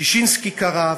ששינסקי קרה,